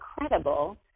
incredible